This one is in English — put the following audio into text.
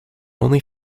only